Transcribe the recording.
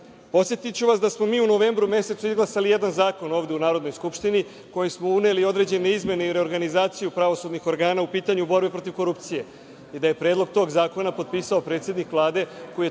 rekao. Podsetiću vas da smo mi u novembru mesecu izglasali jedan zakon ovde u Narodnoj skupštini, kojim smo uneli određene izmene i reorganizaciju pravosudnih organa po pitanju borbe protiv korupcije, i da je predlog tog zakona potpisao predsednik Vlade koji je